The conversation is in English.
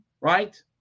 right